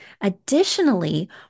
Additionally